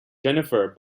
jennifer